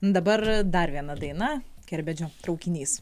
dabar dar viena daina kerbedžio traukinys